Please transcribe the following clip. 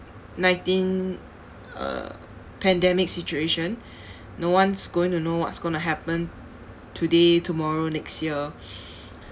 nineteen uh pandemic situation no one's going to know what's gonna to happen today tomorrow next year